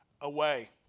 away